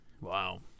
Wow